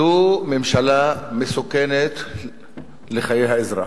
זו ממשלה מסוכנת לחיי האזרח,